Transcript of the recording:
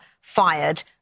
fired